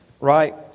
right